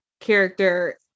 character